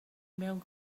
mewn